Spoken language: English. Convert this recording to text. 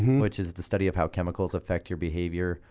which is the study of how chemicals affect your behavior,